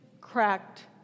cracked